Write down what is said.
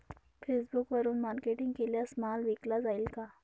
फेसबुकवरुन मार्केटिंग केल्यास माल विकला जाईल का?